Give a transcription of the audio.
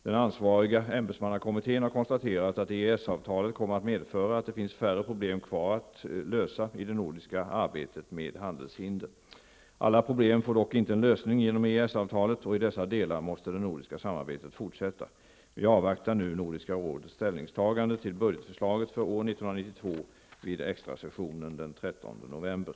Den ansvariga ämbetsmannakommittén har konstaterat att EES avtalet kommer att medföra att det finns färre problem kvar att lösa i det nordiska arbetet med handelshinder. Alla problem får dock inte en lösning genom EES-avtalet, och i dessa delar måste det nordiska samarbetet fortsätta. Vi avvaktar nu Nordiska rådets ställningstagande till budgetförslaget för år 1992 vid extrasessionen den 13 november.